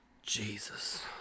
jesus